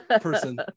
person